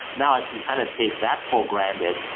now, if you kind of take that for granted,